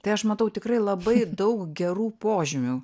tai aš matau tikrai labai daug gerų požymių